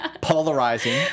Polarizing